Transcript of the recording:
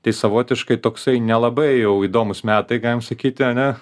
tai savotiškai toksai nelabai jau įdomūs metai galim sakyti ane